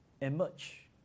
emerge